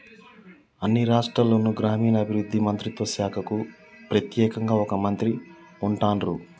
అన్ని రాష్ట్రాల్లోనూ గ్రామీణాభివృద్ధి మంత్రిత్వ శాఖకు ప్రెత్యేకంగా ఒక మంత్రి ఉంటాన్రు